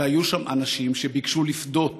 היו שם אנשים שביקשו לפדות